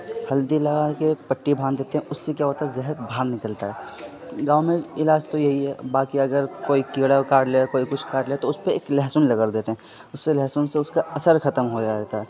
ہلدی لگا کے پٹی باندھ دیتے ہیں اس سے کیا ہوتا ہے زہر بھار نکلتا ہے گاؤں میں علاج تو یہی ہے باقی اگر کوئی کیڑا کاٹ لیا کوئی کچھ کاٹ لیا تو اس پہ ایک لہسن رگڑ دیتے ہیں اس سے لہسن سے اس کا اثر ختم ہو جاتا ہے